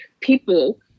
people